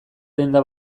denda